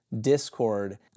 Discord